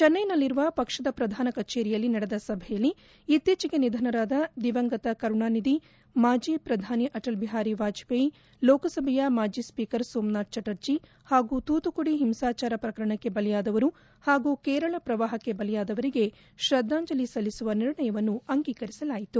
ಚೆನ್ನೈನಲ್ಲಿರುವ ಪಕ್ಷದ ಪ್ರಧಾನ ಕಚೇರಿಯಲ್ಲಿ ನಡೆದ ಸಭೆಯಲ್ಲಿ ಇತ್ತೀಚೆಗೆ ನಿಧನರಾದ ದಿವಂಗತ ಕರುಣಾನಿಧಿ ಮಾಜಿ ಪ್ರಧಾನಿ ಅಟಲ್ ಬಿಹಾರಿ ವಾಜಪೇಯಿ ಲೋಕಸಭೆಯ ಮಾಜಿ ಸ್ವೀಕರ್ ಸೋಮನಾಥ ಚಟರ್ಜಿ ಹಾಗೂ ತೂತುಕುದಿ ಹಿಂಸಾಚಾರ ಪ್ರಕರಣಕ್ಕೆ ಬಲಿಯಾದವರು ಹಾಗೂ ಕೇರಳ ಪ್ರವಾಹಕ್ಕೆ ಬಲಿಯಾದವರಿಗೆ ಶ್ರದ್ದಾಂಜಲಿ ಸೂಚಿಸುವ ನಿರ್ಣಯವನ್ನೂ ಅಂಗೀಕರಿಸಲಾಯಿತು